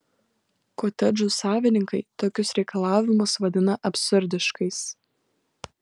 kotedžų savininkai tokius reikalavimus vadina absurdiškais